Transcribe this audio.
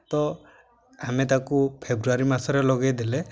ତ ଆମେ ତାକୁ ଫେବୃୟାରୀ ମାସରେ ଲଗାଇଦେଲେ